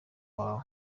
wawe